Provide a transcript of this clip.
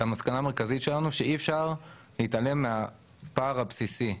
שהמסקנה המרכזית שלנו שאי אפשר להתעלם מהפער הבסיסי.